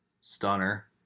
Stunner